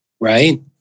Right